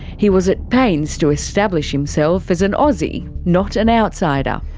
he was at pains to establish himself as an aussie, not an outsider.